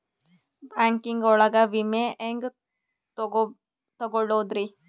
Banking ಒಳಗ ವಿಮೆ ಹೆಂಗ್ ತೊಗೊಳೋದ್ರಿ?